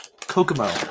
Kokomo